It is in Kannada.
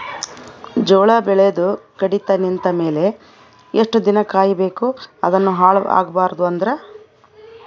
ಜೋಳ ಬೆಳೆದು ಕಡಿತ ನಿಂತ ಮೇಲೆ ಎಷ್ಟು ದಿನ ಕಾಯಿ ಬೇಕು ಅದನ್ನು ಹಾಳು ಆಗಬಾರದು ಅಂದ್ರ?